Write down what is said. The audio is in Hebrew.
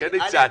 לכן הצעתי,